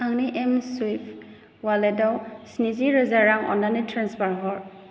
आंनि एमस्वुइफ्ट वालेटाव स्निजि रोजा रां अन्नानै ट्रेन्सफार हर